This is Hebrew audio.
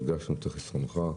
הרגשנו בחסרונך.